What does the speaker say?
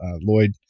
Lloyd